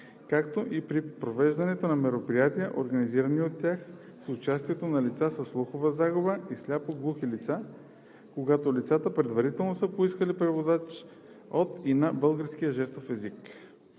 както и при провеждането на мероприятия, организирани от тях, с участие на лица със слухова загуба и на сляпо-глухи лица, когато лицата предварително са поискали преводач от и на български жестов език.